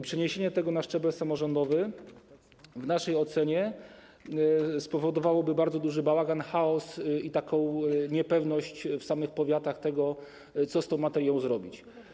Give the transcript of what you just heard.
Przeniesienie tego na szczebel samorządowy w naszej ocenie spowodowałoby bardzo duży bałagan, chaos i taką niepewność w samych powiatach co do tego, co z tą materią zrobić.